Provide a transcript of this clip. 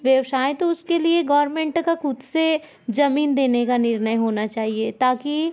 व्यवसाय तो उसके लिए गवर्नमेंट का खुद से जमीन देने का निर्णय होना चाहिए ताकि